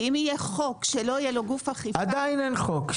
כי אם יהיה חוק שלא יהיה לו גוף אכיפה --- עדיין אין חוק.